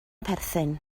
perthyn